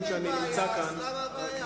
אם אין בעיה, אז מה הבעיה?